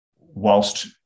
whilst